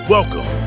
Welcome